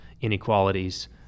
inequalities